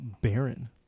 barren